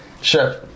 Chef